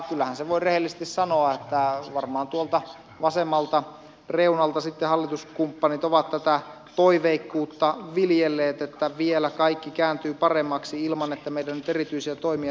kyllähän sen voi rehellisesti sanoa että varmaan tuolta vasemmalta reunalta hallituskumppanit ovat tätä toiveikkuutta viljelleet että vielä kaikki kääntyy paremmaksi ilman että meidän nyt erityisiä toimia tarvitsee tehdä